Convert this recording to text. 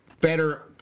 better